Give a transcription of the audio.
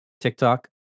TikTok